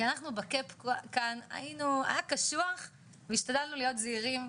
כי אנחנו ב-cap כאן היה קשוח והשתדלנו להיות זהירים,